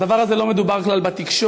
הדבר הזה לא מדובר כלל בתקשורת.